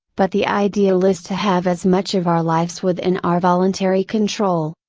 but the ideal is to have as much of our lives within our voluntary control,